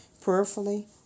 Prayerfully